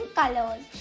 colors